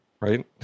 Right